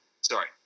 sorry